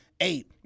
Eight